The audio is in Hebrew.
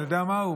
אני יודע מהו?